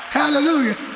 hallelujah